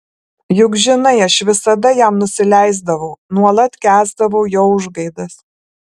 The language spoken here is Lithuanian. juk žinai aš visada jam nusileisdavau nuolat kęsdavau jo užgaidas